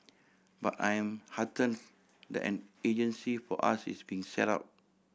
but I am hearten that an agency for us is being set up